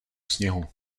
sněhu